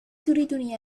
تريدني